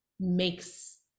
makes